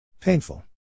Painful